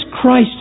Christ